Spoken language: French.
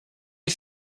est